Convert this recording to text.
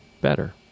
better